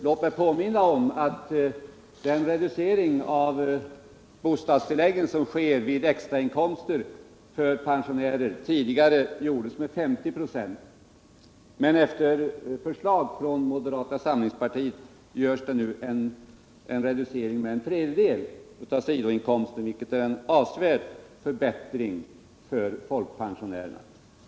Låt mig påminna om att reducering av bostadstillägget till pensionärer som sker vid extra inkomster tidigare gjordes med 50 926. Men efter förslag från moderata samlingspartiet görs det nu en reducering med en tredjedel av sidoinkomsten, vilket är en avsevärd förbättring för folkpensionärerna.